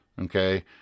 okay